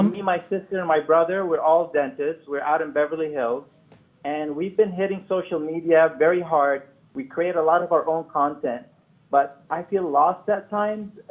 um my sister and my brother, we're all dentists, we're out in beverly hills and we've been hitting social media very hard. we create a lot of our own content but i feel lost at times.